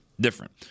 different